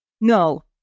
No